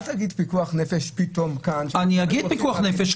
אל תגיד פיקוח נפש פתאום כאן --- אני אגיד פיקוח נפש,